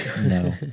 No